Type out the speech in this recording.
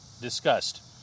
discussed